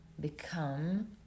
become